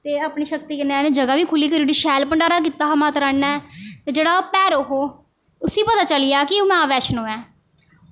ते अपनी शक्ति कन्नै इ'नें जगह् बी खु'ल्ली करी ओड़ी शैल भंडारा कीता हा माता रानी ने ते जेह्ड़ा भैरो हा उसी पता चली गेआ कि ओह् मां वैष्णो ऐ